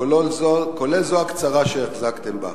כולל זו הקצרה שהחזקתם בה,